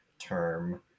term